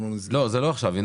לא, זה לא עכשיו.